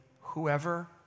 Whoever